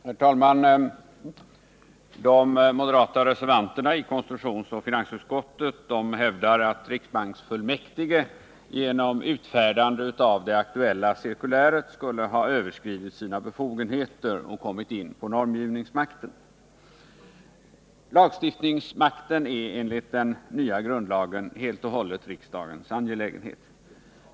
Herr talman! De moderater som reserverat sig i finansutskottet och de moderater som anfört avvikande mening i konstitutionsutskottets yttrande hävdar att riksbanksfullmäktige genom utfärdandet av ifrågavarande cirkulär skulle ha överskridit sina befogenheter och kommit in på normgivningsmakten. Lagstiftningsmakten är enligt den nya grundlagen helt och hållet riksdagens angelägenhet.